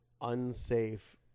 unsafe